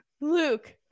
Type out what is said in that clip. Luke